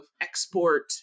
export